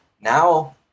now